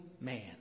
man